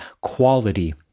quality